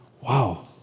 Wow